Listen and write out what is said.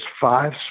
five